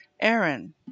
Aaron